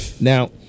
Now